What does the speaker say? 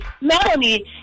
Melanie